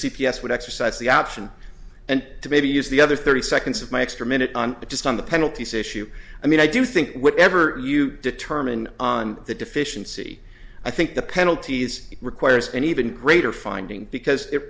s would exercise the option and to maybe use the other thirty seconds of my extra minute on it just on the penalties issue i mean i do think whatever you determine on the deficiency i think the penalties requires an even greater finding because it